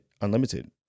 unlimited